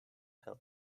help